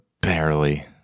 barely